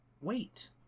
wait